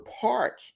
Park